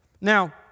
Now